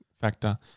factor